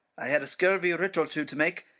i had a scurvy writ or two to make,